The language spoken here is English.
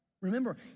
Remember